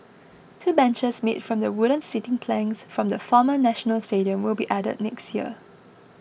two benches made from the wooden seating planks from the former National Stadium will be added next year